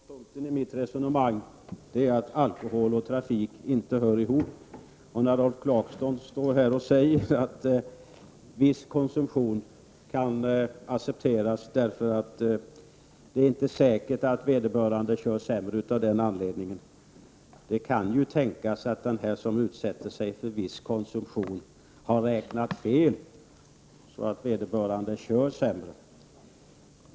Herr talman! Huvudpunkten i mitt resonemang är att alkohol och trafik inte hör ihop. Rolf Clarkson säger att viss alkoholkonsumtion kan accepteras därför att det inte är säkert att vederbörande kör sämre av den anledningen. Men det kan ju tänkas att den som konsumerat ett visst mått av alkohol har räknat fel och faktiskt kör sämre.